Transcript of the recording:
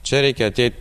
čia reikia ateit